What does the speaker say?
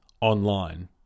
online